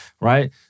right